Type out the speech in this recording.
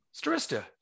Starista